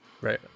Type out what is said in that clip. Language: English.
Right